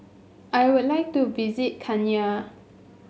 I would like to visit Kenya